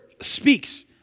speaks